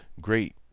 great